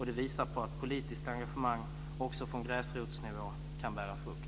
Det visar på att politiskt engagemang från gräsrotsnivå också kan bära frukt.